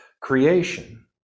creation